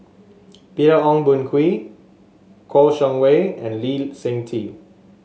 Peter Ong Boon Kwee Kouo Shang Wei and Lee Seng Tee